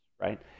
right